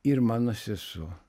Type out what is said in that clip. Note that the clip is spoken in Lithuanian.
ir mano sesuo